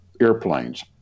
airplanes